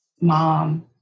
mom